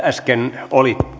äsken oli